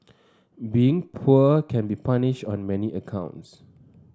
being poor can be punishing on many counts